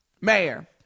mayor